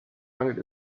mangelt